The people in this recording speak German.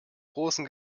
großen